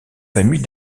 famille